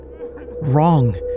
wrong